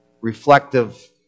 reflective